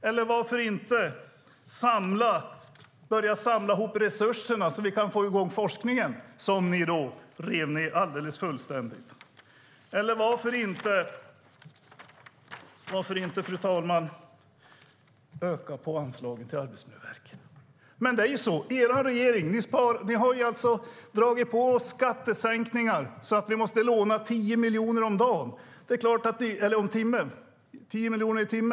Eller varför inte börja samla ihop resurserna så att vi kan få i gång forskningen, som ni fullständigt rev ned? Eller varför inte, fru talman, öka anslagen till Arbetsmiljöverket? Men er regering har dragit på oss skattesänkningar så att vi måste låna 10 miljoner i timmen.